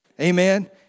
Amen